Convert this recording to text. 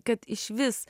kad išvis